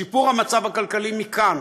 שיפור המצב הכלכלי מכאן